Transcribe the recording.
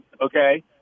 okay